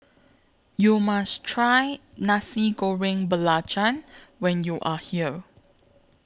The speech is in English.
YOU must Try Nasi Goreng Belacan when YOU Are here